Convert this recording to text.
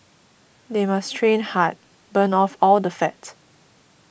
they must train hard burn off all the fat